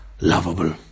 lovable